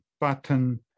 button